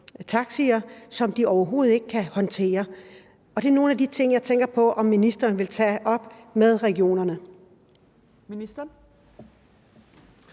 taxier, at de overhovedet ikke kan håndtere dem. Og jeg tænker: Er det nogen af de ting, som ministeren vil tage op med regionerne?